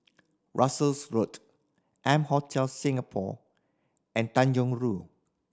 Russels Road M Hotel Singapore and Tanjong Rhu